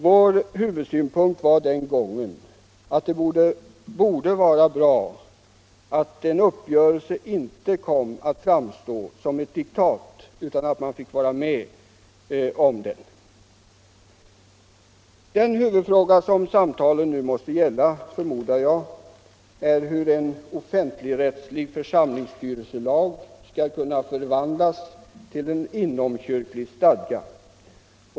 Vår huvudsynpunkt var den gången att det skulle vara bra att en uppgörelse inte kom att framstå som ett diktat utan att man fick vara med och forma den. Den huvudfråga som samtalen nu måste gälla, förmodar jag, är hur en offentligrättslig församlingsstyrelselag skall kunna förvandlas till en inomkyrklig stadga.